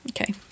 Okay